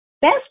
best